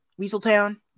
Weaseltown